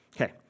Okay